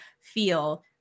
feel